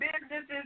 businesses